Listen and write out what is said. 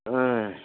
ஆ